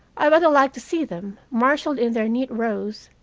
i rather like to see them, marshaled in their neat rows,